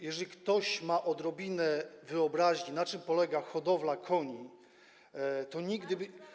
Jeżeli ktoś miałby odrobinę wyobraźni, wiedzy, na czym polega hodowla koni, to nigdy.